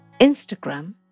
Instagram